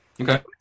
Okay